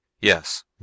Yes